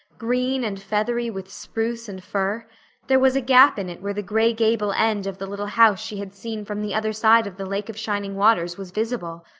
green and feathery with spruce and fir there was a gap in it where the gray gable end of the little house she had seen from the other side of the lake of shining waters was visible.